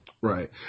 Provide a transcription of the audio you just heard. Right